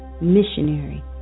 missionary